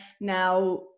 now